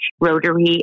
Rotary